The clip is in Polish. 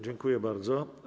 Dziękuję bardzo.